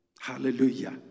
Hallelujah